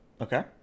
Okay